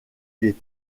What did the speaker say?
des